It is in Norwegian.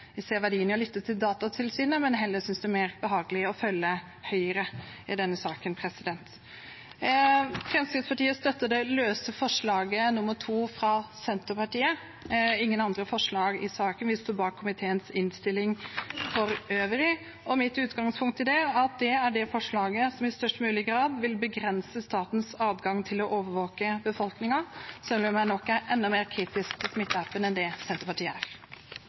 ser verdien i å lytte til Datatilsynet, men heller synes det er mer behagelig å følge Høyre i denne saken. Fremskrittspartiet støtter forslag nr. 2, fra Senterpartiet, og ingen andre forslag i denne saken. Vi står bak komiteens innstilling for øvrig. Mitt utgangspunkt er at forslaget fra Senterpartiet er det forslaget som i størst grad vil begrense statens adgang til å overvåke befolkningen, selv om jeg nok er enda mer kritisk til Smittestopp-appen enn Senterpartiet er.